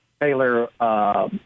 Taylor